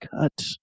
cut